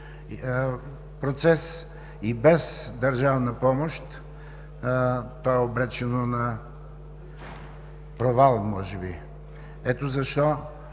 процес и без държавна помощ е обречено на провал, може би. Ето защо